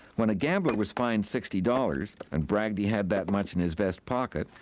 when a gambler was fined sixty dollars and bragged he had that much in his vest pocket,